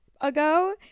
ago